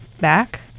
back